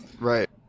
Right